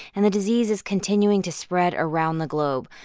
and the disease is continuing to spread around the globe.